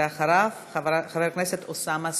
ואחריו, חבר הכנסת אוסאמה סעדי.